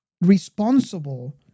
responsible